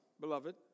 beloved